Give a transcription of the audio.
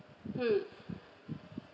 hmm